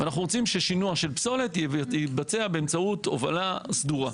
ואנחנו רוצים ששינוע של פסולת יתבצע באמצעות הובלה סדורה.